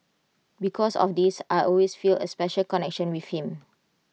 because of this I always feel A special connection with him